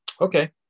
Okay